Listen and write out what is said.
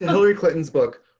hillary clinton's book,